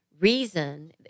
reason